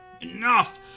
enough